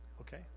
Okay